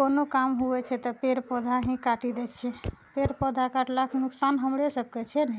कोनो काम हुवै छै तऽ पेड़ पौधा ही काटि दै छै पेड़ पौधाके काटलाके नोकसान हमरे सबके छै ने